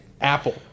Apple